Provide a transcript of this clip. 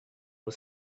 was